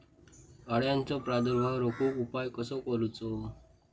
अळ्यांचो प्रादुर्भाव रोखुक उपाय कसो करूचो?